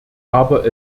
aber